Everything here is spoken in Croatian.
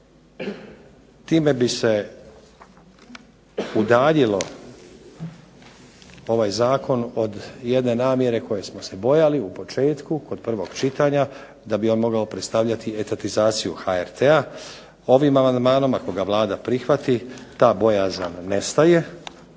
Time bi se udaljilo ovaj Zakon od jedne namjere koje smo se bojali u početku kod prvog čitanja, da bi on mogao predstavljati etatizaciju HRT-a ovim amandmanom ako ga Vlada prihvati ta bojazan nestaje